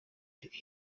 the